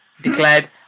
declared